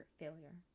failure